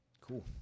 Cool